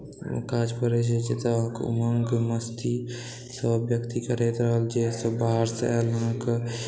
काज पड़ै छै तऽ अहाँकेॅं उमंग मस्ती सब व्यक्ति जे सब बाहरसँ आएल अहाँकेॅं